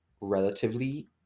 relatively